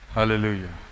Hallelujah